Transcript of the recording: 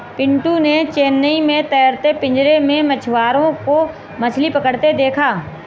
पिंटू ने चेन्नई में तैरते पिंजरे में मछुआरों को मछली पकड़ते देखा